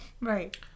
Right